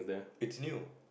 it's new